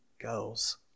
goes